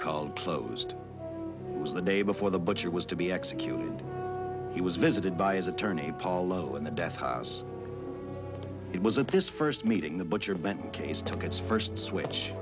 called closed was the day before the butcher was to be executed he was visited by his attorney paul low in the death house it was at this first meeting the butcher benton case took its first switch